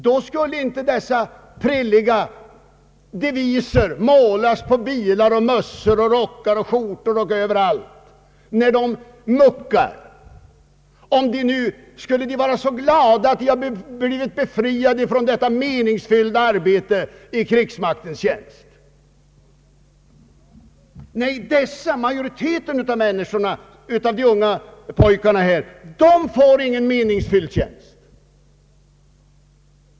De prilliga deviser som är så vanliga skulle inte målas på bilar, mössor, rockar och skjortor, när de värnpliktiga muckar, om de hade en känsla av att de ryckte ut från ett meningsfullt arbete i krigsmaktens tjänst. Nej, majoriteten av de unga pojkarna får inte någon meningsfylld tjänst.